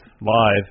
live